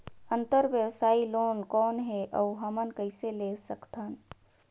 अंतरव्यवसायी लोन कौन हे? अउ हमन कइसे ले सकथन?